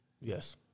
Yes